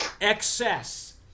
Excess